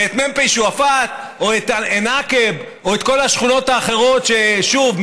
ואת מחנה פליטים שועפאט או את עקב וכל השכונות האחרות ששוב,